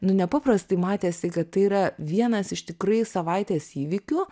nu nepaprastai matėsi kad tai yra vienas iš tikrai savaitės įvykių